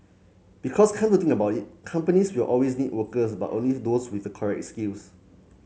because come to think about it companies will always need workers but only those with correct skills